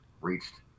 reached